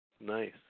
Nice